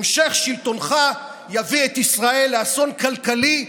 המשך שלטונך יביא את ישראל לאסון כלכלי,